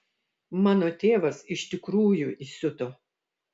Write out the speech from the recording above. mano tėvas iš tikrųjų įsiuto